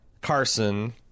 Carson